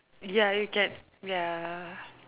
ya you get ya